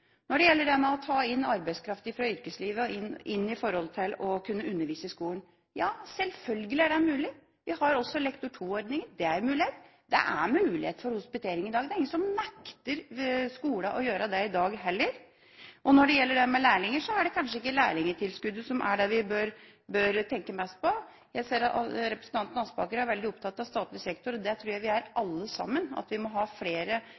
Når det gjelder det å ta inn arbeidskraft fra yrkeslivet til undervise i skolen: Selvfølgelig er det mulig. Vi har også Lektor 2-ordninga, det er en mulighet. Det er mulighet for hospitering i dag. Det er heller ingen i dag som nekter skoler å gjøre dette. Når det gjelder dette med lærlinger, er det kanskje ikke lærlingtilskuddet vi bør tenke mest på. Representanten Aspaker er veldig opptatt av – det tror jeg vi alle er – at vi må ha flere